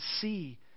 see